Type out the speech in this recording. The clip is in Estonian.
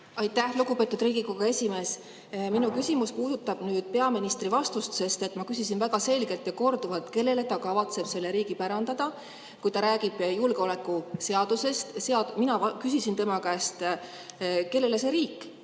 Aitäh, lugupeetud Riigikogu esimees! Minu küsimus puudutab peaministri vastust. Ma küsisin väga selgelt ja korduvalt, kellele ta kavatseb selle riigi pärandada, kui ta räägib julgeoleku[asutuste] seadusest. Mina küsisin tema käest, kellele see riik,